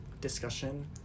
discussion